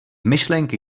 myšlenky